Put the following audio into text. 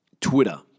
Twitter